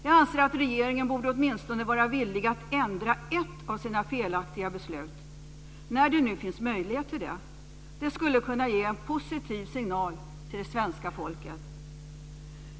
Jag anser att regeringen borde vara villig att ändra åtminstone ett av sina felaktiga beslut, när det nu finns möjlighet till det. Det skulle kunna ge en positiv signal till det svenska folket.